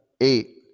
eight